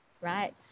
right